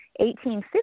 1850